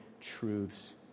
truths